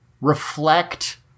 reflect